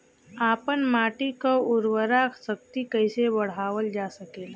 आपन माटी क उर्वरा शक्ति कइसे बढ़ावल जा सकेला?